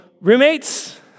roommates